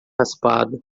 raspada